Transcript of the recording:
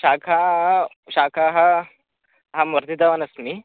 शाकाः शाकाः अहं वर्धितवान् अस्मि